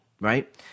right